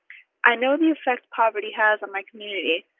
i know the effect poverty has on my community.